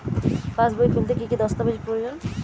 পাসবই খুলতে কি কি দস্তাবেজ প্রয়োজন?